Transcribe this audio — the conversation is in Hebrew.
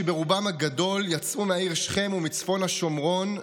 שברובם הגדול יצאו מהעיר שכם ומצפון השומרון,